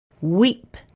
Weep